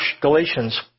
Galatians